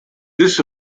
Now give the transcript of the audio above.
this